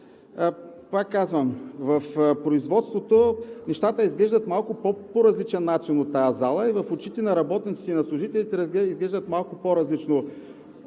Пак казвам: в производството нещата изглеждат малко по по-различен начин от тази зала – в очите на работниците и служителите изглеждат малко по-различно